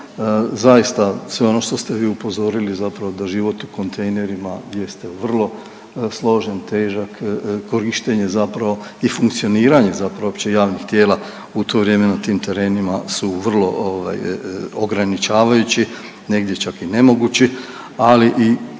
zaista sve ono što ste vi upozorili zapravo da život u kontejnerima jeste vrlo složen, težak, korištenje zapravo i funkcioniranje zapravo uopće javnih tijela u to vrijeme na tim terenima su vrlo ovaj ograničavajući, negdje čak i nemogući, ali i